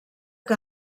que